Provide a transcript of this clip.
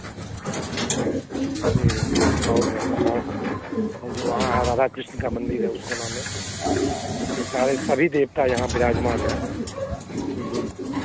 हाँ इसके ह्म्म बहुत हैं हाँ हाँ और जो वहाँ है राधा कृष्ण का मंदिर है उस कोना में फिर सारे सभी देवता यहाँ विराजमान हैं